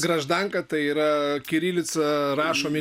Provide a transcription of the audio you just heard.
graždanka tai yra kirilica rašomi